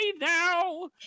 now